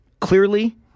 Clearly